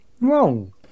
wrong